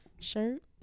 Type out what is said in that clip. shirt